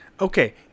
Okay